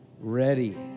ready